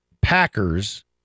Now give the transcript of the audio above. Packers